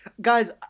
Guys